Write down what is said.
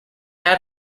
had